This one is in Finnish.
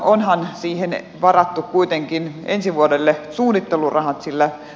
onhan siihen varattu kuitenkin ensi vuodelle suunnittelurahat